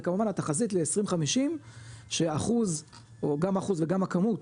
וכמובן התחזית ל-2050 שאחוז או גם אחוז וגם הכמות